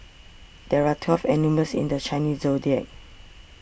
there are twelve animals in the Chinese zodiac